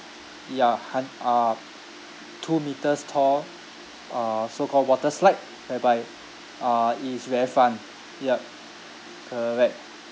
ya han~ uh two metres tall uh so call water slide whereby uh it's very fun yup correct